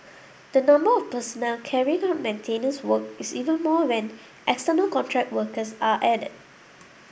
the number of personnel carrying out maintenance work is even more when external contract workers are added